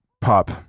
pop